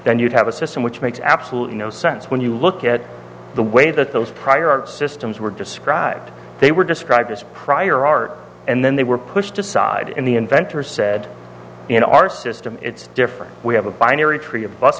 then you'd have a system which makes absolutely no sense when you look at the way that those prior art systems were described they were described as prior art and then they were pushed aside in the inventor said you know our system it's different we have a binary tree of bus